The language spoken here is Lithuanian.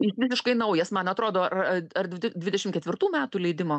jis visiškai naujas man atrodo ar ar ar dvidešim ketvirtų metų leidimo